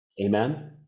amen